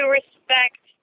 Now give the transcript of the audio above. respect